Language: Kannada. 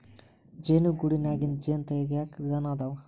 ಜೇನು ಗೂಡನ್ಯಾಗಿಂದ ಜೇನ ತಗಿಯಾಕ ವಿಧಾನಾ ಅದಾವ